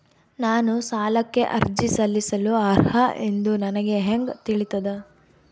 ನಾನು ಸಾಲಕ್ಕೆ ಅರ್ಜಿ ಸಲ್ಲಿಸಲು ಅರ್ಹ ಎಂದು ನನಗೆ ಹೆಂಗ್ ತಿಳಿತದ?